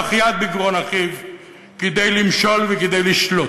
יד בגרון אחיו כדי למשול וכדי לשלוט.